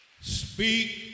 Speak